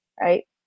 right